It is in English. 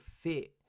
fit